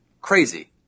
crazy